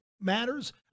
matters